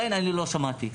אני לא שמעתי.